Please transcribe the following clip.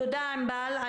תודה, ענבל.